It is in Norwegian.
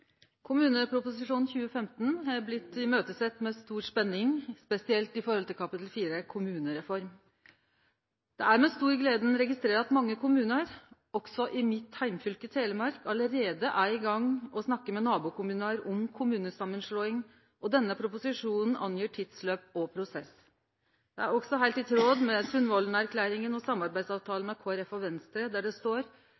2015 har ein sett fram til med stor spenning, spesielt med omsyn til kapittel 4, kommunereform. Det er med stor glede ein registrerer at mange kommunar – også i mitt heimfylke, Telemark – allereie er i gang med å snakke med nabokommunar om kommunesamanslåing, og denne proposisjonen angir tidsløp og prosess. Det er også heilt i tråd med Sundvolden-erklæringa og